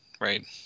right